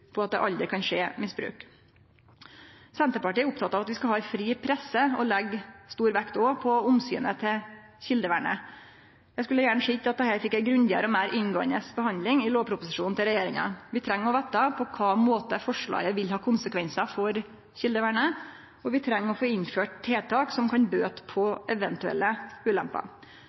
på at det aldri kan skje misbruk. Senterpartiet er oppteke av at vi skal ha ei fri presse, og legg òg stor vekt på omsynet til kjeldevernet. Eg skulle gjerne sett at dette fekk ei grundigare og meir inngåande behandling i lovproposisjonen til regjeringa. Vi treng å vite på kva måte forslaget vil ha konsekvensar for kjeldevernet, og vi treng å få innført tiltak som kan bøte på eventuelle ulemper.